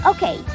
Okay